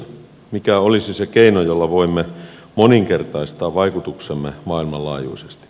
mikä olisi se keino jolla voimme moninkertaistaa vaikutuksemme maailmanlaajuisesti